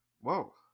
Whoa